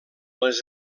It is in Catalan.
les